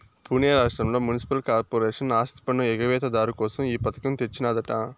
పునే రాష్ట్రంల municipal corporation ఆస్తిపన్ను ఎగవేత దారు కోసం ఈ పథకం తెచ్చినాదట